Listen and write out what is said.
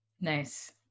Nice